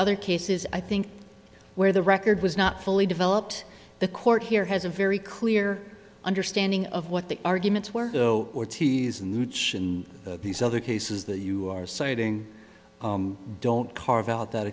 other cases i think where the record was not fully developed the court here has a very clear understanding of what the arguments were ortiz and these other cases that you are citing don't carve out that